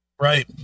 Right